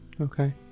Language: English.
Okay